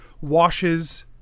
washes